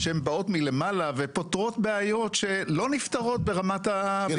שהן באות מלמעלה ופותרות בעיות שלא נפתרות ברמה --- כן,